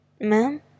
Ma'am